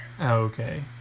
Okay